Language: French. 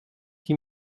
six